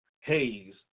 Hayes